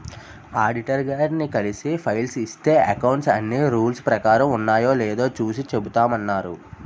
auditor గారిని కలిసి file ఇస్తే అకౌంట్స్ అన్నీ రూల్స్ ప్రకారం ఉన్నాయో లేదో చూసి చెబుతామన్నారు